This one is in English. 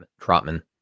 Trotman